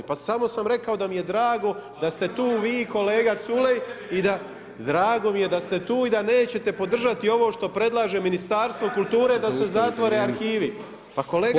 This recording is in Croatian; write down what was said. Pa samo sam rekao da mi je drago da ste tu vi i kolega Culej, drago mi je da ste tu i da nećete podržati ovo što predlaže Ministarstvo kulture da se zatvore arhivi, pa kolega